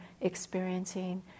experiencing